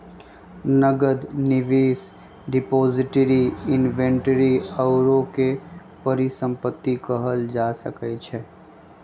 नकद, निवेश, depository, inventory आउरो के परिसंपत्ति कहल जा सकइ छइ